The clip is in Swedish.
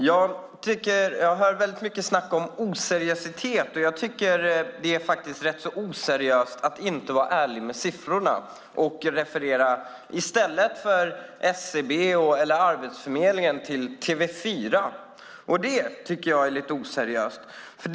Fru talman! Jag hör väldigt mycket snack om oseriositet, men jag tycker att det är rätt oseriöst att inte vara ärlig med siffrorna och i stället för till SCB eller Arbetsförmedlingen referera till TV4.